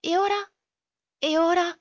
e ora e ora